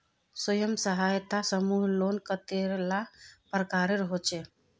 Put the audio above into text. स्वयं सहायता समूह लोन कतेला प्रकारेर होचे?